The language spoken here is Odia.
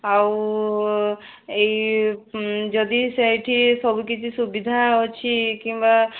ଆଉ ଏଇ ଯଦି ସେଇଠି ସବୁ କିଛି ସୁବିଧା ଅଛି କିମ୍ବା